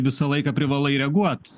visą laiką privalai reaguot